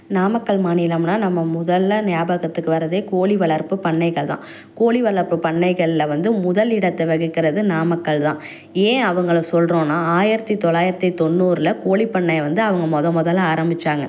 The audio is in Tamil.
நாமக்கல் மாநிலம்னால் நம்ம முதல்ல நியாபகத்துக்கு வரதே கோழி வளர்ப்பு பண்ணைகள் தான் கோழி வளர்ப்பு பண்ணைகள்ல வந்து முதல் இடத்தை வகிக்கிறது நாமக்கல் தான் ஏன் அவங்களை சொல்கிறோன்னா ஆயிரத்தி தொள்ளாயிரத்தி தொண்ணூறுல கோழி பண்ணையை வந்து அவங்க முத முதல்ல ஆரம்பிச்சாங்கள்